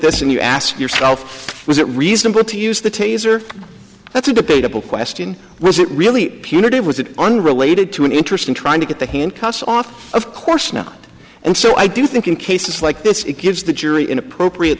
this and you ask yourself was it reasonable to use the taser that's a debatable question was it really punitive was it unrelated to an interest in trying to get the handcuffs off of course not and so i do think in cases like this it gives the jury in appropriate